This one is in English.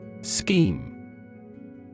Scheme